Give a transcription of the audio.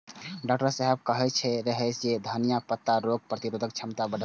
doctor साहेब कहैत रहै जे धनियाक पत्ता रोग प्रतिरोधक क्षमता बढ़बै छै